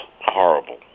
horrible